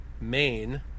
main